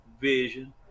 vision